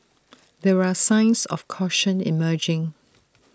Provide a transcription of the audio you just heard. there are signs of caution emerging